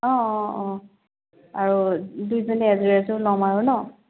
অঁ অঁ অঁ আৰু দুই জনীয়ে এযোৰ এযোৰ ল'ম আৰু ন